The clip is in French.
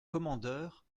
commandeur